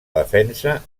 defensa